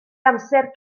amser